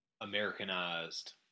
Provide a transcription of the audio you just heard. Americanized